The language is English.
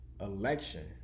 election